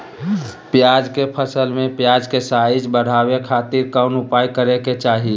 प्याज के फसल में प्याज के साइज बढ़ावे खातिर कौन उपाय करे के चाही?